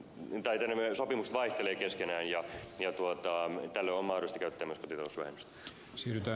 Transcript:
nämä sopimukset vaihtelevat keskenään ja tällöin on mahdollista käyttää myös kotitalousvähennystä